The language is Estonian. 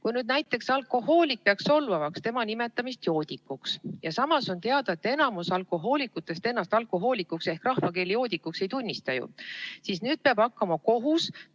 Kui näiteks alkohoolik peab solvavaks tema nimetamist joodikuks – ja on ju teada, et enamik alkohoolikutest ennast alkohoolikuks ehk rahvakeeli joodikuks ei tunnista –, siis nüüd peab hakkama kohus